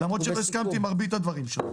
אנחנו בסיכום.